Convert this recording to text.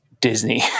Disney